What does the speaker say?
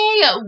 Hey